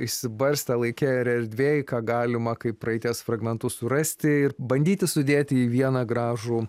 išsibarstę laike ir ir erdvėj ką galima kaip praeities fragmentus surasti ir bandyti sudėti į vieną gražų